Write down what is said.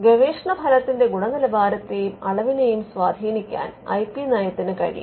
ഗവേഷണ ഫലത്തിന്റെ ഗുണനിലവാരത്തെയും അളവിനെയും സ്വാധീനിക്കാൻ ഐ പി നയത്തിന് കഴിയും